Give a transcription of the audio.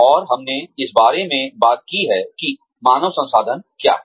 और हमने इस बारे में बात की है कि मानव संसाधन क्या है